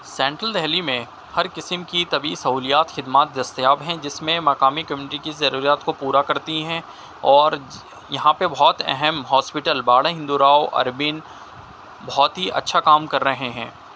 central Delhi میں ہر قسم کی طبعی سہولیات خدمات دستیاب ہیں جس میں مقامی کمیونٹی کی ضرورت کو پورا کرتی ہیں اور یہاں پہ بہت اہم ہاسپٹل باڑہ ہندو راؤ اربن بہت ہی اچھا کام کر رہے ہیں